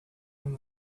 him